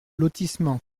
lotissement